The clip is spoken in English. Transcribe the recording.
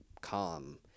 calm